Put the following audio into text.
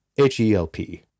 H-E-L-P